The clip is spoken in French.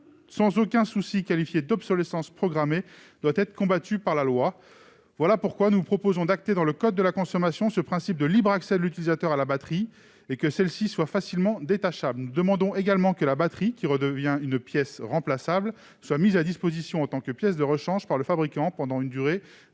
sans aucun souci qualifier d'obsolescence programmée, doit être combattue par la loi. Voilà pourquoi nous proposons d'acter dans le code de la consommation ce principe de libre accès de l'utilisateur à la batterie, celle-ci devant être facilement détachable. Nous demandons également que la batterie, qui redevient ainsi une pièce remplaçable, soit mise à disposition en tant que pièce de rechange par le fabricant pendant une durée